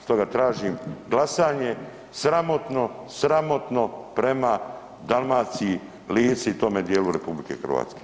Stoga tražim glasanje, sramotno, sramotno prema Dalmaciji, Lici i tome dijelu RH.